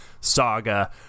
saga